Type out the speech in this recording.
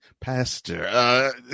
pastor